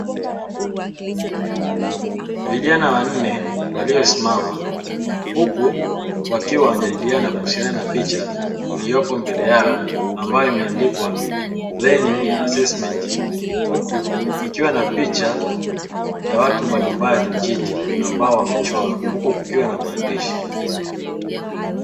Vijana wanne waliosimama huku wakiwa wanajadiliana kuhusiana na picha iliyopo mbele yao ambayo imeandikwa ''LEARNING ASSESSMENT'' huku ikiwa na picha ya watu mbalimbali njiti ambao wamechorwa huku kukiwa na maandishi.